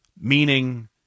meaning